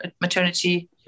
maternity